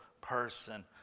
person